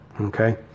okay